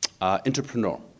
entrepreneur